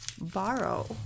borrow